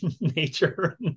nature